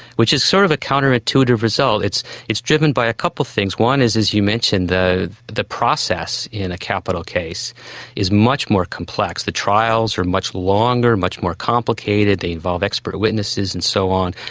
which is sort of a counterintuitive result. it's it's driven by a couple of things. one is, as you mention, the the process in a capital case is much more complex. the trials are much longer, much more complicated, they involve expert witnesses and so on.